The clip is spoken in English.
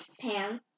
Pam